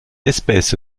espèce